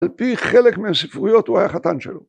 ‫על פי חלק מהספרויות ‫הוא היה חתן שלו.